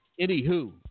anywho